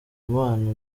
imana